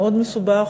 מאוד מסובך,